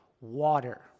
water